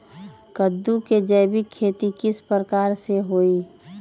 कददु के जैविक खेती किस प्रकार से होई?